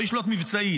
לא ישלוט מבצעית,